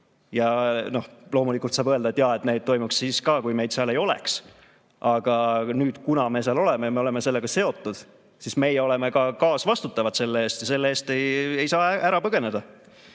Ja noh, loomulikult saab öelda, et jaa, et toimuks ka siis, kui meid seal ei oleks. Aga kuna me seal oleme, siis me oleme sellega seotud, me oleme ka kaasvastutavad ja selle eest ei saa ära põgeneda.